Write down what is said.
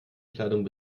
kleidung